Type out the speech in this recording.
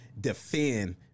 defend